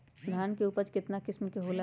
धान के उपज केतना किस्म के होला?